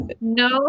no